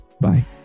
Bye